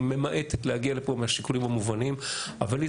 היא ממעטת להגיע לפה מהשיקולים המובנים אבל היא